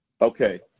Okay